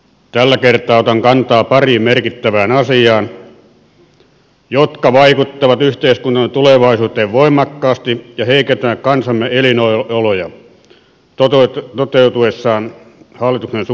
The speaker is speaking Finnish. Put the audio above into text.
tällä kertaa otan kantaa pariin merkittävään asiaan jotka vaikuttavat yhteiskunnan tulevaisuuteen voimakkaasti ja heikentävät kansamme elinoloja toteutuessaan hallituksen suunnittelemalla tavalla